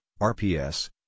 RPS